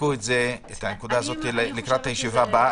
תבדקו את הנקודה הזאת לקראת הישיבה הבאה.